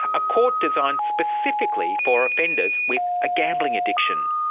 a court designed specifically for offenders with a gambling addiction.